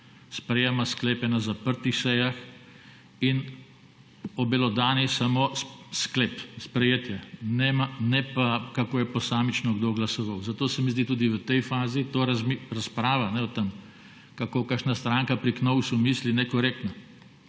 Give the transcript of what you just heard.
sprejema sklepe na zaprtih sejah in obelodani samo sklep, sprejetje. Ne pa, kako je posamično kdo glasoval. Zato se mi zdi tudi v tej fazi razprava o tem, kako kakšna stranka pri Knovsu misli, nekorektna.